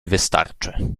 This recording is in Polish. wystarczy